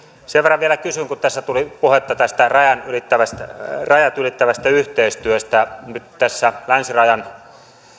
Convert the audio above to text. sen verran vielä kysyn kun tässä tuli puhetta tästä rajat ylittävästä rajat ylittävästä yhteistyöstä nyt tässä länsirajan